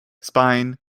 spine